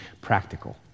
practical